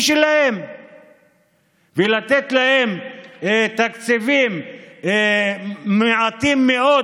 שלהם ולתת להם תקציבים מעטים מאוד,